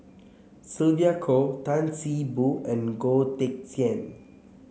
Sylvia Kho Tan See Boo and Goh Teck Sian